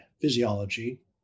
physiology